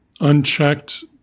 unchecked